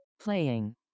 Playing